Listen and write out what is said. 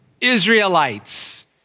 Israelites